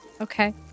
Okay